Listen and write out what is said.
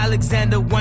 Alexander